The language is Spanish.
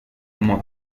como